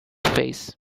face